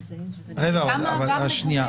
רגע, שנייה.